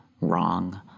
wrong